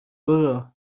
برو